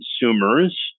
consumers